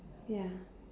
ya